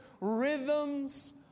rhythms